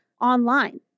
online